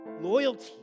loyalty